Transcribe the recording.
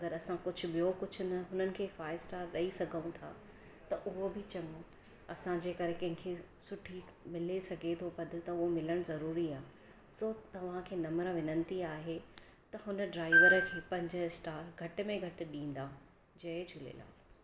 अगरि असां कुझु ॿियो कुझु हुननि खे फाइव स्टार ॾेई सघऊं था त उहो बि चङो असांजे करे कंहिंखे सुठी मिले सघे थो पदु त उहो मिलणु ज़रूरी आहे सो तव्हां खे नम्र विनंती आहे त हुन ड्राइवर खे पंज स्टार घटि घटि में ॾींदा जय झूलेलाल